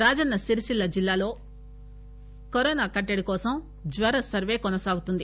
రాజన్న సిరిసిల్లా జిల్లాలో కరోన కట్టడి కోసం జ్వర సర్వే కొనసాగుతుంది